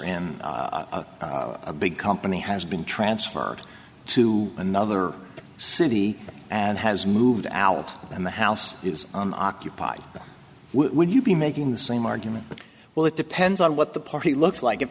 in a big company has been transferred to another city and has moved out and the house is occupied would you be making the same argument well it depends on what the party looks like it